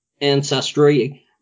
ancestry